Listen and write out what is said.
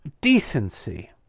decency